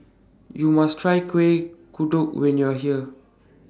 YOU must Try Kuih Kodok when YOU Are here